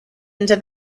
into